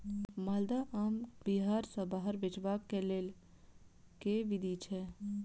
माल्दह आम बिहार सऽ बाहर बेचबाक केँ लेल केँ विधि छैय?